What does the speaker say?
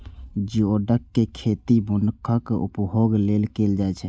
geoduck के खेती मनुक्खक उपभोग लेल कैल जाइ छै